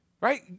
right